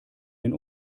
den